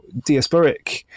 diasporic